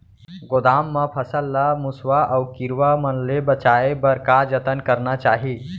गोदाम मा फसल ला मुसवा अऊ कीरवा मन ले बचाये बर का जतन करना चाही?